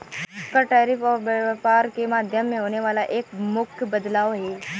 कर, टैरिफ और व्यापार के माध्यम में होने वाला एक मुख्य बदलाव हे